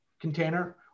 container